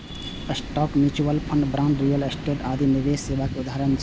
stock, mutual fund, bond, real estate आदि निवेश सेवा के उदाहरण छियै